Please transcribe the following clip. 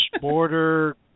border